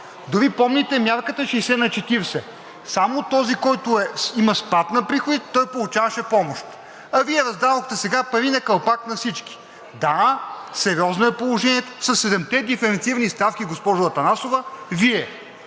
дори помните мярката 60/40, и само този, който има спад на приходите, получаваше помощ, а Вие раздадохте сега пари на калпак на всички. Да, сериозно е положението със седем диференцирани ставки. Госпожо Атанасова,...